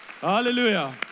Hallelujah